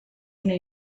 una